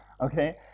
Okay